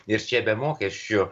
ir čia be mokesčių